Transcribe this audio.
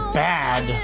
bad